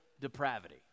depravity